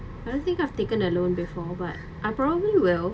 I don't think I've taken a loan before but I probably will